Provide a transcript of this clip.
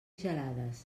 gelades